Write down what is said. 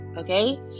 okay